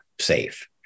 safe